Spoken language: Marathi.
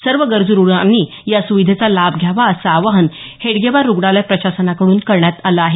सर्व गरजू रुग्णांनी या सुविधेचा लाभ घ्यावा असं आवाहन हेडगेवार रुग्णालय प्रशासनाकडुन करण्यात आलं आहे